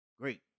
great